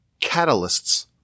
catalysts